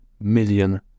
million